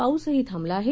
पाऊस ही थांबला आहे